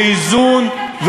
באיזון,